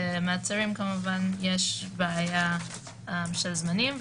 במעצרים יש בעיה של זמנים.